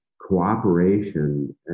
cooperation